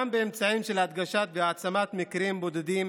גם באמצעים של הדגשת והעצמת מקרים בודדים